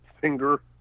finger